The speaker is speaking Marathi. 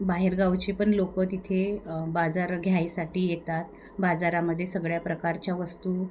बाहेरगावचे पण लोक तिथे बाजार घ्यायसाठी येतात बाजारामध्ये सगळ्या प्रकारच्या वस्तू